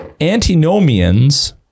antinomians